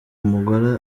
umugore